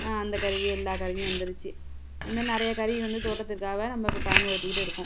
அந்த கருவி எல்லா கருவியும் வந்துருச்சு அது மாதிரி நிறையா கருவி வந்து தோட்டத்திற்காக நம்ப இப்போ பயன்படுத்திட்டு இருக்கோம்